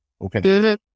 Okay